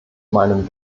meinem